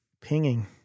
pinging